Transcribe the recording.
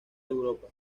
europa